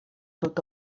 tot